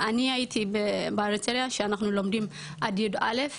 אני הייתי באריתריאה שאנחנו לומדים עד יא'